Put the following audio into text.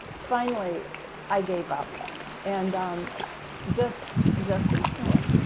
finally i gave up and just just looked at him,